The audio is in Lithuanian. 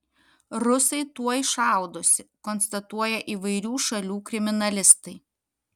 rusai tuoj šaudosi konstatuoja įvairių šalių kriminalistai